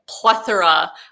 plethora